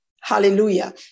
Hallelujah